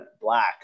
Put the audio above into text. Black